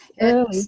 early